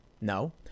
No